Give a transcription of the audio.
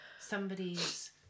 somebody's